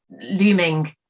looming